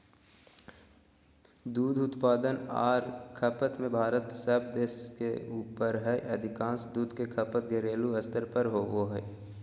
दूध उत्पादन आर खपत में भारत सब देश से ऊपर हई अधिकांश दूध के खपत घरेलू स्तर पर होवई हई